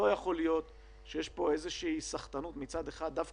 לא יכול להיות שיש פה סחטנות דווקא